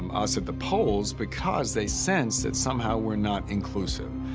us at the polls because they sense that somehow we're not inclusive.